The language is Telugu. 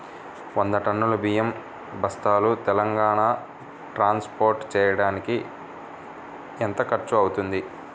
వంద టన్నులు బియ్యం బస్తాలు తెలంగాణ ట్రాస్పోర్ట్ చేయటానికి కి ఎంత ఖర్చు అవుతుంది?